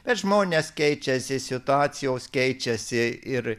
bet žmonės keičiasi situacijos keičiasi ir